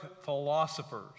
philosophers